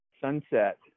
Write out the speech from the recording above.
sunset